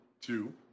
Two